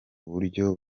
buryo